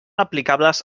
aplicables